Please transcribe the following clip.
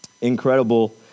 incredible